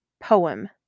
poem